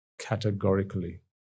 Categorically